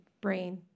brain